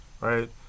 right